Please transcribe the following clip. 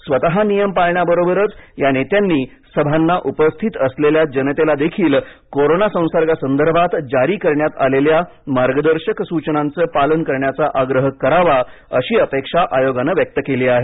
स्वत नियम पाळण्याबरोबरच या नेत्यांनी सभांना उपस्थित असलेल्या जनतेलाही कोरोना संसर्गासंदर्भात जारी करण्यात आलेल्या मार्गदर्शक सूचनांचं पालन करण्याचा आग्रह करावा अशी अपेक्षा आयोगानं व्यक्त केली आहे